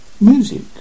Music